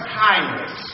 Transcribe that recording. kindness